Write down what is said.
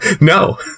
No